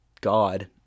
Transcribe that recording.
God